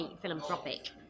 philanthropic